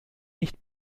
nicht